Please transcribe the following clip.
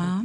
היה